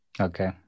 Okay